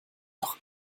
doch